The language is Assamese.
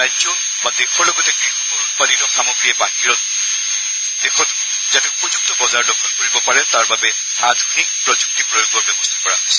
ৰাজ্য বা দেশৰ লগতে কৃষকৰ উৎপাদিত সামগ্ৰীয়ে বাহিৰৰ দেশতো যাতে উপযুক্ত বজাৰ দখল কৰিব পাৰে তাৰ বাবে আধুনিক প্ৰযুক্তি প্ৰয়োগৰ ব্যৱস্থা কৰা হৈছে